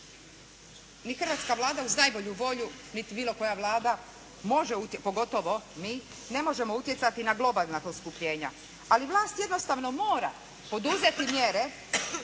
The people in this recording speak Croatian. ni hrvatska Vlada uz najbolju volju niti bilo koja vlada može, pogotovo mi ne možemo utjecati na globalna poskupljenja. Ali vlast jednostavno mora poduzeti mjere